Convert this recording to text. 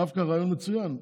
דווקא רעיון מצוין.